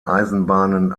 eisenbahnen